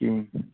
کِہیٖنۍ